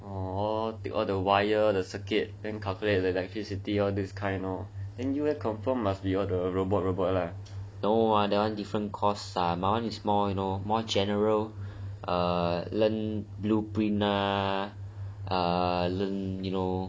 oh all the wire the circuit then calculate the diversity of this kind lah then you confirm must be the robot robot kind right